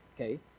okay